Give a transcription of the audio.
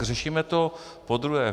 Řešíme to podruhé.